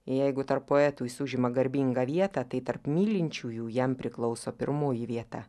jeigu tarp poetų jis užima garbingą vietą tai tarp mylinčiųjų jam priklauso pirmoji vieta